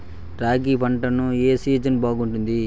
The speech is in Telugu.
రాగి పంటకు, ఏ సీజన్ బాగుంటుంది?